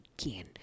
Again